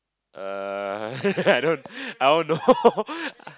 err I don't I don't know